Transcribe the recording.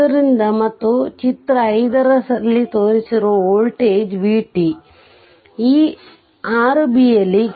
ಆದ್ದರಿಂದ ಮತ್ತು ಫಿಗರ 5 ರಲ್ಲಿ ತೋರಿಸಿರುವ ವೋಲ್ಟೇಜ್ v t ಈ 6 b ಯಲ್ಲಿ